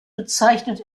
bezeichnet